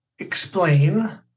explain